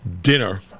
dinner